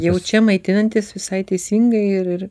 jau čia maitinantis visai teisingai ir